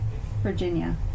Virginia